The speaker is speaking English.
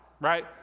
right